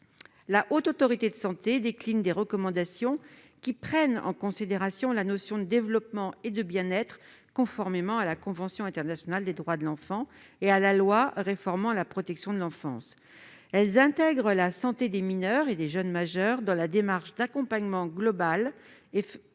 la Haute Autorité de santé définit des recommandations qui « prennent en considération la notion de développement et de bien-être, conformément à la Convention internationale des droits de l'enfant et à la loi [...] du 5 mars 2007 réformant la protection de l'enfance. Elles intègrent la santé des mineurs/jeunes majeurs dans la démarche d'accompagnement global et comme